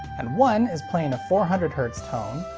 and one is playing a four hundred hz tone,